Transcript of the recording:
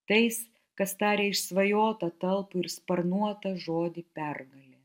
tais kas tarė išsvajotą talpų ir sparnuotą žodį pergalė